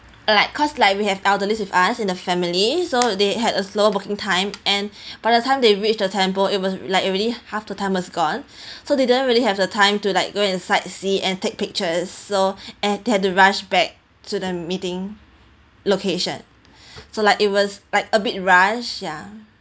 like cause like we have elderly with us in the family so they had a slow walking time and by the time they reach the temple it was like already half the time was gone so they didn't really have the time to like go and sightsee and take pictures so and they had to rush back to the meeting location so like it was like a bit rush ya